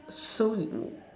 shows